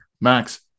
Max